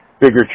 bigger